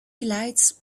lights